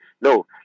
No